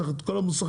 צריך את כל המוסכים,